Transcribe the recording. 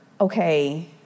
okay